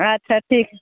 अच्छा ठीक छै